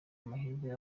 amahirwe